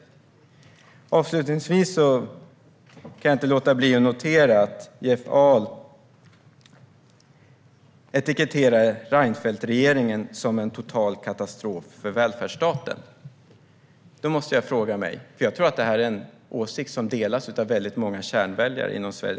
Jag kan inte låta bli att notera att Jeff Ahl etiketterar Reinfeldtregeringen som en total katastrof för välfärdsstaten. Jag tror att det här är en åsikt som delas av väldigt många av Sverigedemokraternas kärnväljare.